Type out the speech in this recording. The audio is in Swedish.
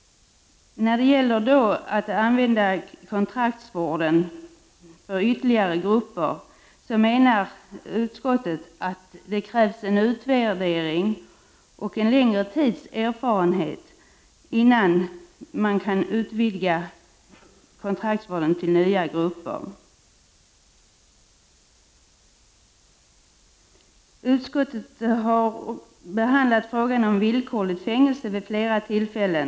När det gäller att använda kontraktsvård för ytterligare grupper menar utskottet att det krävs en utvärdering och en längre tids erfarenhet innan man kan utvidga kontraktsvården. Utskottet har behandlat frågan om villkorligt fängelse vid flera tillfällen.